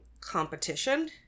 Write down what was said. competition